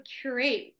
curate